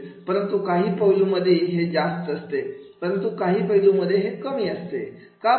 परंतु काही पैलू मध्ये हे जास्त असते परंतु काही पैलू मध्ये हे कमी असते का बरं